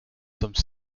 some